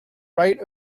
right